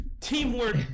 teamwork